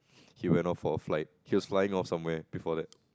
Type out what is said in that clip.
he went off for a flight he was flying off somewhere before that